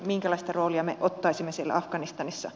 minkälaista roolia me ottaisimme siellä afganistanissa